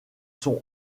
sont